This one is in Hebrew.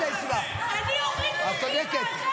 הורידו אותי --- את צודקת.